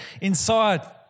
inside